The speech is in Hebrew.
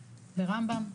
ברמב"ם,